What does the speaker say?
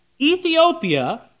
Ethiopia